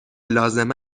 لازم